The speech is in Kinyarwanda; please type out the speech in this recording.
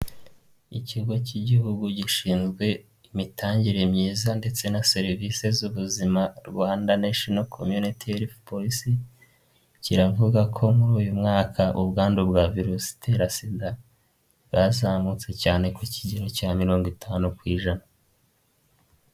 Ikigo cy'Igihugu gishinzwe imitangire myiza ndetse na serivisi z'ubuzima Rwanda national communitel Police kiravuga ko muri uyu mwaka ubwandu bwa virusi itera sida bwazamutse cyane ku kigero cya mirongo itanu kw'ijana.